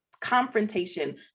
confrontation